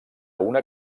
una